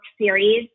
series